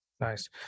Nice